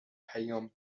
پیام